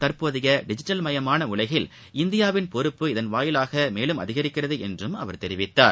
தற்போதைய டிஜிட்டல் மயமான உலகில் இந்தியாவின் பொறுப்பு இதன் வாயிலாக மேலும் அதிகரிக்கிறது என்றும் அவர் தெரிவித்தார்